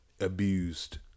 Abused